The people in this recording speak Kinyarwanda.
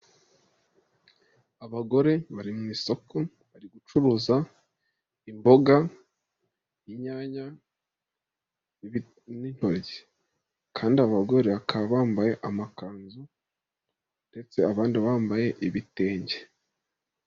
Abagore bari mu isoko, bari gucuruza imboga, inyanya n'intoryi. Kandi abagore ,bakaba bambaye amakanzu ,ndetse abandi bambaye ibitenge.